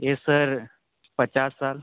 yes sir पचास साल